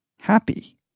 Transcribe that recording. happy